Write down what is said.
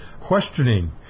questioning